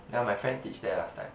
ya my friend teach there last time